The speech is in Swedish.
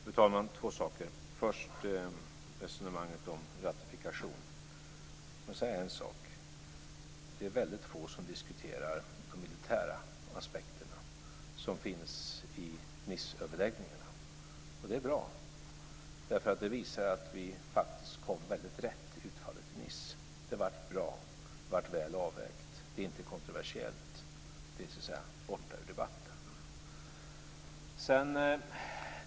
Fru talman! Jag ska ta upp två frågor. Den första gäller resonemanget om ratifikation. Låt mig säga en sak. Det är väldigt få som diskuterar de militära aspekterna som finns i Niceöverläggningarna. Och det är bra, därför att det visar att vi faktiskt kom väldigt rätt i utfallet i Nice. Det blev bra och väl avvägt. Det är inte kontroversiellt. Det är så att säga borta ur debatten.